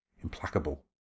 implacable